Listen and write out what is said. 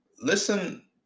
listen